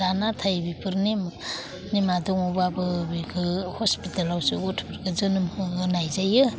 दा नाथाय बेफोर नेम नेमआ दङबाबो बेखो हस्पितालयावसो गथ'फोरखौ जोनोम होहोनाय जायो